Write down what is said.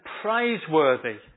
praiseworthy